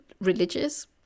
religious